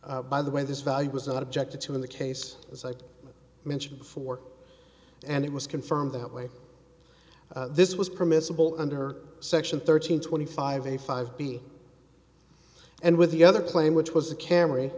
by the way this value was not objected to in the case as i mentioned before and it was confirmed that way this was permissible under section thirteen twenty five a five b and with the other plane which was a camry